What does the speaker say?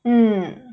mm